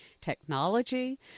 technology